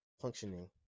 functioning